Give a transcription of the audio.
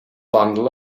bundle